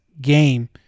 game